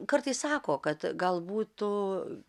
kartais sako kad galbūt tu